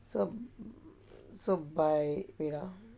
so so by wait ah